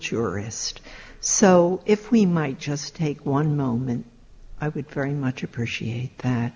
jurist so if we might just take one moment i would very much appreciate that